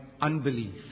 unbelief